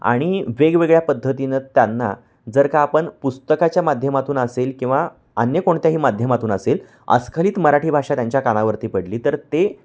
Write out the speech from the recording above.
आणि वेगवेगळ्या पद्धतीनं त्यांना जर का आपण पुस्तकाच्या माध्यमातून असेल किंवा अन्य कोणत्याही माध्यमातून असेल अस्खलित मराठी भाषा त्यांच्या कानावरती पडली तर ते